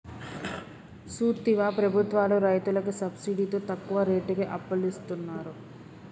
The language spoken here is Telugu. సూత్తివా ప్రభుత్వాలు రైతులకి సబ్సిడితో తక్కువ రేటుకి అప్పులిస్తున్నరు